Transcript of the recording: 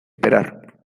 esperar